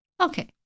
Okay